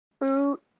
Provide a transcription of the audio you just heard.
boot